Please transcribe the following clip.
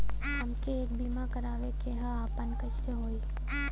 हमके एक बीमा करावे के ह आपन कईसे होई?